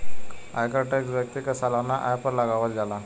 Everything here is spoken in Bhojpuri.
आयकर टैक्स व्यक्ति के सालाना आय पर लागावल जाला